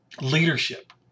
Leadership